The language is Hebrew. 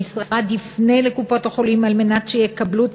המשרד יפנה אל קופות-החולים על מנת שיקבלו את